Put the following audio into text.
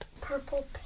Purple